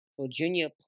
Virginia